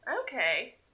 Okay